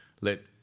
let